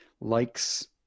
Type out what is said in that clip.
likes